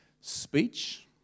speech